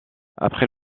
après